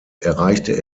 erreichte